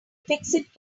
fixed